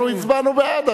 אנחנו הצבענו בעד,